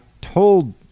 told